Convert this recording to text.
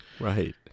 Right